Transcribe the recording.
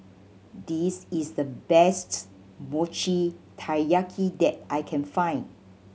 this is the best Mochi Taiyaki that I can find